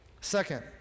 Second